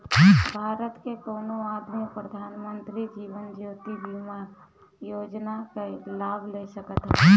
भारत के कवनो आदमी प्रधानमंत्री जीवन ज्योति बीमा योजना कअ लाभ ले सकत हवे